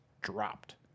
dropped